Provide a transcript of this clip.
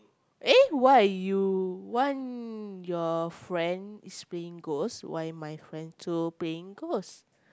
eh why you want your friend is playing ghost why my friend also playing ghost